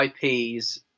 IPs